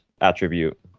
attribute